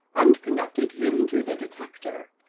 and connected him to the detector.